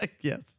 Yes